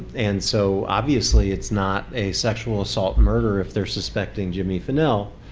and so obviously it's not a sexual assault murder if they're suspecting jimmy finnell.